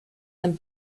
ein